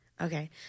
Okay